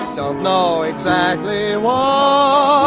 don't know exactly um ah